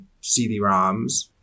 CD-ROMs